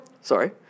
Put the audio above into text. Sorry